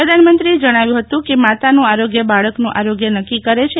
પ્રધાનમંત્રીએ જણાવ્યું હતું કે માતાનું આરોગ્ય બાળકનું આરોગ્ય નક્કી કરે છે